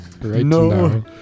No